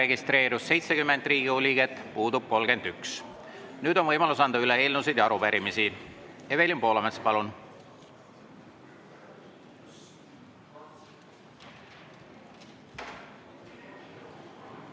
registreerus 70 Riigikogu liiget, puudub 31. Nüüd on võimalus anda üle eelnõusid ja arupärimisi. Evelin Poolamets, palun!